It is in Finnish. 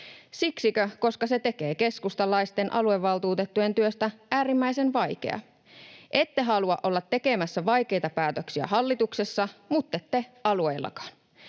Siksikö, koska se tekee keskustalaisten aluevaltuutettujen työstä äärimmäisen vaikeaa? Ette halua olla tekemässä vaikeita päätöksiä hallituksessa muttette alueillakaan.